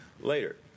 later